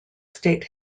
state